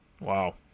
Wow